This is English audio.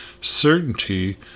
certainty